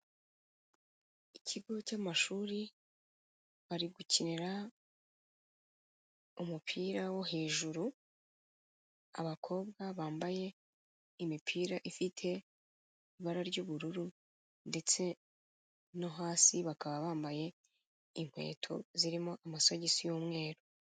Ikigo cy'amashuri bari gukinira umupira wo hejuru, abakobwa bambaye imipira ifite ibara ry'ubururu ndetse no hasi bakaba bambaye inkweto zirimo amasogisi y'umweru.